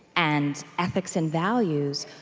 and ethics and values,